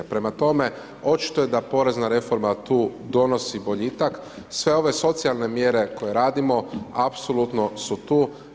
Prema tome, očito je da porezna reforma tu donosi boljitak, sve ove socijalne mjere koje radimo apsolutno u tu.